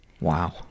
Wow